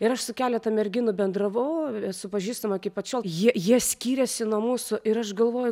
ir aš su keletą merginų bendravau esu pažįstama iki pat šiol jie jie skyrėsi nuo mūsų ir aš galvoju